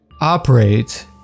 operate